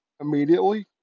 immediately